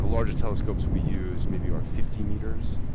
larger telescopes we use maybe are fifty meters.